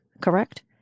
Correct